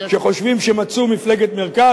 שחושבים שמצאו מפלגת מרכז,